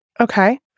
Okay